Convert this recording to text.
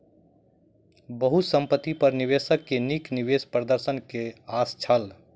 बहुसंपत्ति पर निवेशक के नीक निवेश प्रदर्शन के आस छल